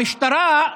המשטרה,